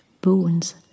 Bones